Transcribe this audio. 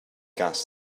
gas